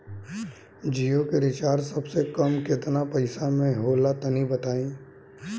जियो के रिचार्ज सबसे कम केतना पईसा म होला तनि बताई?